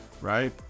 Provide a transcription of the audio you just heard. right